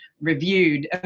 reviewed